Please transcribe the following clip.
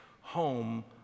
home